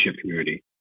community